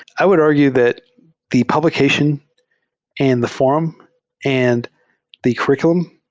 i would argue that the publication and the forum and the curr iculum,